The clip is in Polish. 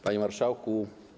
Panie Marszałku!